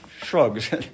shrugs